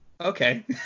Okay